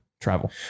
travel